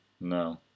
No